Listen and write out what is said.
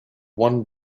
one